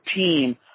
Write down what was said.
team